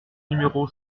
numéro